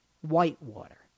Whitewater